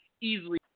easily